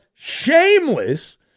shameless